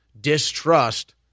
distrust